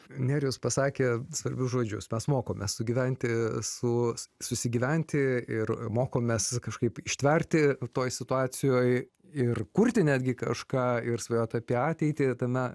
nerijus pasakė svarbius žodžius mes mokomės sugyventi su susigyventi ir mokomės kažkaip ištverti toj situacijoj ir kurti netgi kažką ir svajot apie ateitį tame